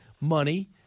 money